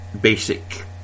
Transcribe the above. basic